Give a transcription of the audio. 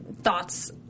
thoughts